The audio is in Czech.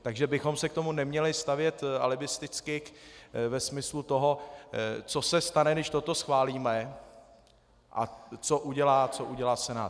Takže bychom se k tomu neměli stavět alibisticky ve smyslu toho, co se stane, když toto schválíme, a co udělá Senát.